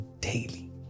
daily